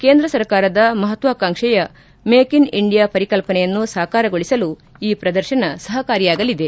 ಕೇಂದ್ರ ಸರ್ಕಾರದ ಮಹತ್ನಾಕಾಂಕ್ವೆಯ ಮೇಕ್ ಇನ್ ಇಂಡಿಯಾ ಪರಿಕಲ್ಪನೆಯನ್ನು ಸಾಕಾರಗೊಳಿಸಲು ಈ ಪ್ರದರ್ಶನ ಸಹಕಾರಿಯಾಗಲಿದೆ